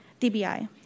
DBI